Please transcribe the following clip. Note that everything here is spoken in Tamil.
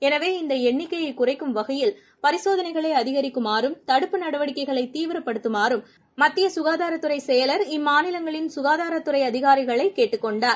எனவே இந்தஎண்ணிக்கையைகுறைக்கும் வகையில் பரிசோதனைகளைஅதிகரிக்குமாறும் தடுப்பு நடவடிக்கைகளைதீவிரப்படுத்தமாறும் மத்தியசுகாதாரத்துறைசெயலர் இம்மாநிலங்களின் சுகாதாரத்துறைஅதிகாரிகளைகேட்டுக் கொண்டார்